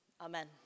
Amen